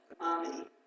mommy